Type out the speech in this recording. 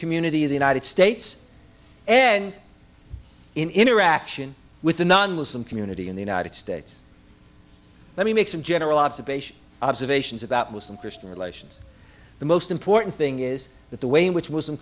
community the united states and in interaction with the non muslim community in the united states let me make some general observation observations about muslim christian relations the most important thing is that the way in which